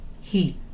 heat